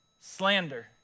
slander